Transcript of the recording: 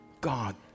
God